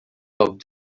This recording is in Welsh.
bob